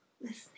Listening